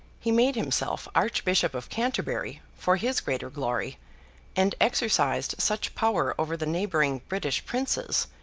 he made himself archbishop of canterbury, for his greater glory and exercised such power over the neighbouring british princes,